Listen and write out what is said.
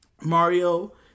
Mario